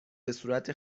بهصورت